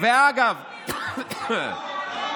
קושניר,